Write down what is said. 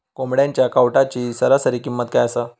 कोंबड्यांच्या कावटाची सरासरी किंमत काय असा?